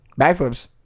Backflips